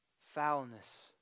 foulness